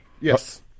Yes